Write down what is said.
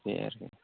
बे आरोखि